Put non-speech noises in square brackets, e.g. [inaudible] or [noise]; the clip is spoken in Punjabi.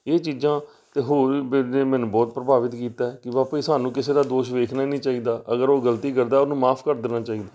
ਇਹ ਚੀਜ਼ਾਂ ਤਾਂ ਹੋਰ ਵੀ [unintelligible] ਮੈਨੂੰ ਬਹੁਤ ਪ੍ਰਭਾਵਿਤ ਕੀਤਾ ਕਿ ਵਾਕਏ ਸਾਨੂੰ ਕਿਸੇ ਦਾ ਦੋਸ਼ ਦੇਖਣਾ ਹੀ ਨਹੀਂ ਚਾਹੀਦਾ ਅਗਰ ਉਹ ਗਲਤੀ ਕਰਦਾ ਉਹਨੂੰ ਮਾਫ਼ ਕਰ ਦੇਣਾ ਚਾਹੀਦਾ